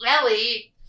Ellie